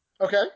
Okay